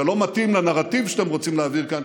זה לא מתאים לנרטיב שאתם רוצים להעביר כאן,